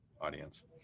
audience